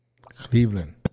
Cleveland